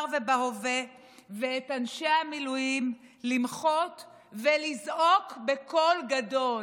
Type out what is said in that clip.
ובהווה ואת אנשי המילואים למחות ולזעוק בקול גדול.